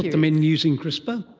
them in using crispr?